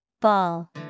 Ball